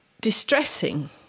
distressing